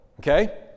okay